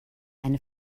eine